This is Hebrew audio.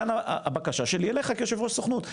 כאן הבקשה שלי אליך כיו"ר סוכנות.